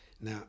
Now